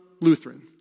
Lutheran